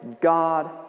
God